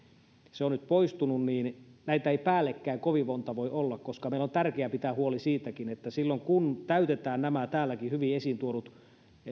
se on nyt poistunut niin näitä ei päällekkäin kovin monta voi olla koska meidän on tärkeää pitää huoli siitäkin että silloin kun täytetään nämä täälläkin hyvin esiin tuodut